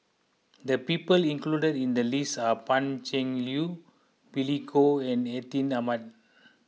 the people included in the list are Pan Cheng Lui Billy Koh and Atin Amat